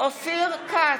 אופיר כץ,